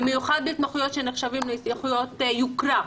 במיוחד בהתמחויות שנחשבות להתמחויות יוקרה.